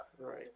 Right